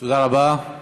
תודה רבה.